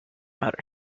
outer